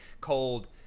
cold